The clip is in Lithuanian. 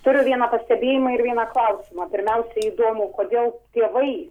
turiu vieną pastebėjimą ir vieną klausimą pirmiausia įdomu kodėl tėvai